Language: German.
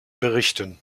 berichten